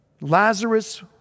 Lazarus